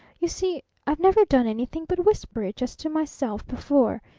you see, i've never done anything but whisper it just to myself before.